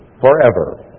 forever